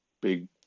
big